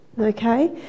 okay